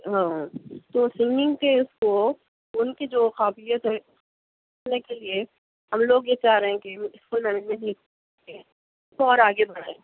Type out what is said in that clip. ہاں تو سنگنگ کے اس کو ان کے جو قابلیت ہے کرنے کیلئے ہم لوگ یہ چاہ رہے ہیں کہ وہ اسکول مینیجمنٹ میں اس کو اور آگے بڑھائیں